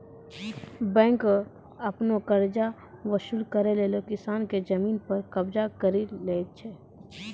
bank आपनो कर्जा वसुल करै लेली किसान के जमिन पर कबजा करि लै छै